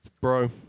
Bro